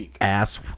ass